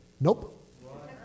nope